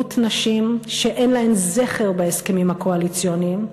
מיעוט נשים שאין להן זכר בהסכמים הקואליציוניים,